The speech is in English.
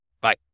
Bye